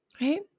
right